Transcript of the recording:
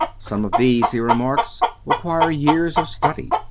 some of these, he remarks, require years of study,